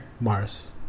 Mars